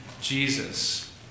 Jesus